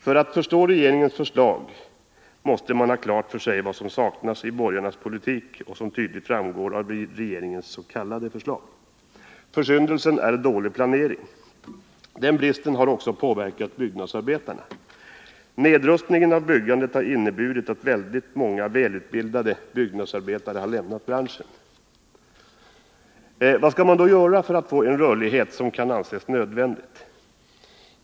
För att förstå regeringens förslag måste man ha klart för sig vad det är som saknas i de borgerligas politik och vad regeringens s.k. förslag innebär. Försyndelsen är dålig planering. Den bristen har också påverkat byggnadsarbetarnas situation. Nedrustningen när det gäller byggandet har inneburit att väldigt många utbildade byggnadsarbetare har lämnat branschen. Vad skall man då göra för att få den rörlighet som kan anses vara nödvändig?